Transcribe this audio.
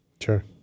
Sure